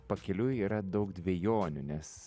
pakeliui yra daug dvejonių nes